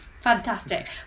Fantastic